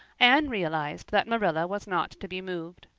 anne realized that marilla was not to be moved.